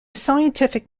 scientific